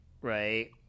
right